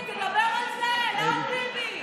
תדבר על זה, לא על ביבי.